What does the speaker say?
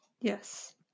Yes